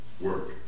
work